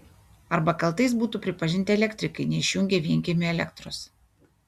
arba kaltais būtų pripažinti elektrikai neišjungę vienkiemiui elektros